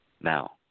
Now